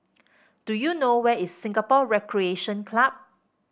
do you know where is Singapore Recreation Club